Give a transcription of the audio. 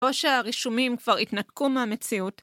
או שהרישומים כבר התנתקו מהמציאות.